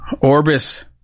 Orbis